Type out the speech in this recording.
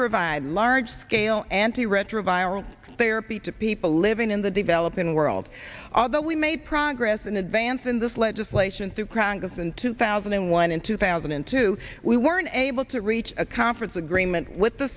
provide large scale antiretroviral therapy to people living in the developing world although we made progress in advance in this legislation through congress in two thousand and one in two thousand and two we weren't able to reach a conference agreement with the